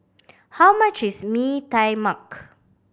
how much is Mee Tai Mak